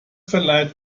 verleiht